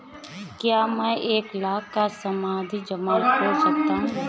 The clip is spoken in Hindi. क्या मैं एक लाख का सावधि जमा खोल सकता हूँ?